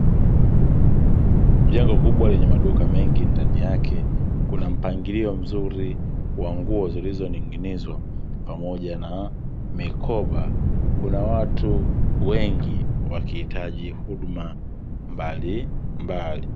Jengo kubwa lenye maduka mengi, ndani yake kuna mpangilio mzuri wa nguo zillizoning'inizwa, pamoja na mikoba. Kuna watu wengi wakihitaji huduma mbalimbali.